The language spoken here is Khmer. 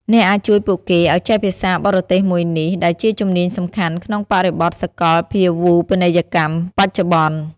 អ្នកអាចជួយពួកគេឱ្យចេះភាសាបរទេសមួយនេះ ដែលជាជំនាញសំខាន់ក្នុងបរិបទសាកលភាវូបនីយកម្មបច្ចុប្បន្ន។